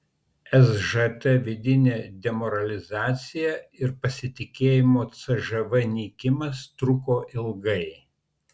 sžt vidinė demoralizacija ir pasitikėjimo cžv nykimas truko ilgai